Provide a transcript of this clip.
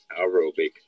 aerobic